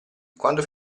quando